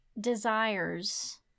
desires